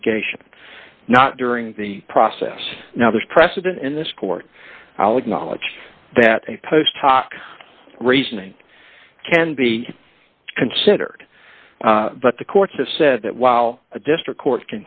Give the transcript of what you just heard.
litigation not during the process now there's precedent in this court i'll acknowledge that a post hoc reasoning can be considered but the courts have said that while a district court